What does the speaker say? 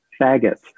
faggots